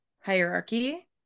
hierarchy